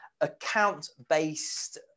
account-based